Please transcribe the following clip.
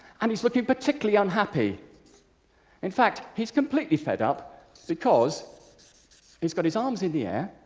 and he's looking particularly unhappy in fact, he's completely fed up because he's got his arms in the air,